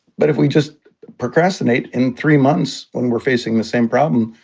but if we just procrastinate in three months, when we're facing the same problem,